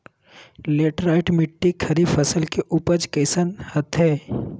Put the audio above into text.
Laterite मिट्टी खरीफ फसल के उपज कईसन हतय?